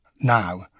now